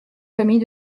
famille